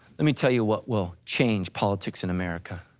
let me tell you what will change politics in america.